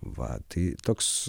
va tai toks